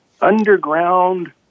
underground